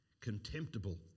contemptible